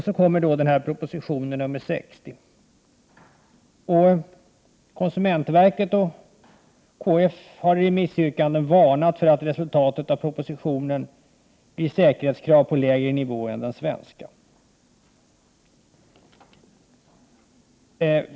Så kommer då propositionen nr 60. Konsumentverket och KF har i remissyrkanden varnat för att resultatet av propositionen blir säkerhetskrav på lägre nivå än den svenska.